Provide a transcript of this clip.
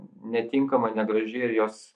netinkama negraži ir jos